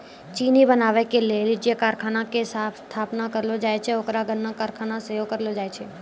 चिन्नी बनाबै के लेली जे कारखाना के स्थापना करलो जाय छै ओकरा गन्ना कारखाना सेहो कहलो जाय छै